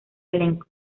elenco